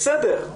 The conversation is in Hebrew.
בסדר.